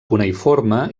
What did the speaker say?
cuneïforme